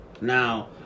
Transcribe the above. Now